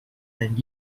and